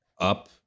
up